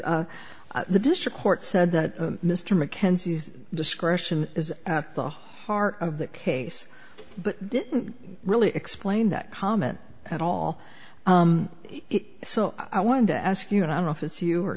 here the district court said that mr mckenzie's discretion is at the heart of the case but didn't really explain that comment at all it so i wanted to ask you and i don't know if it's you or